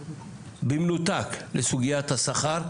גם ההכשרה.